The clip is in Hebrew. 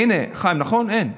הינה, חיים, נכון, אין?